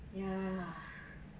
ya